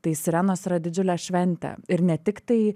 tai sirenos yra didžiulė šventė ir ne tiktai